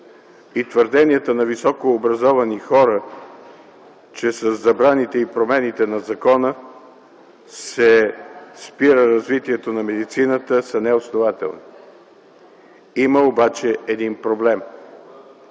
и твърденията на високообразовани хора, че със забраните и промените на закона се спира развитието на медицината, са неоснователни. Има обаче един проблем.